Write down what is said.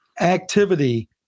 activity